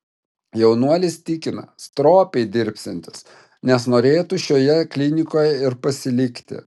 jaunuolis tikina stropiai dirbsiantis nes norėtų šioje klinikoje ir pasilikti